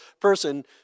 person